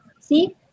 see